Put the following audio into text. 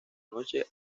noche